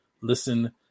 listen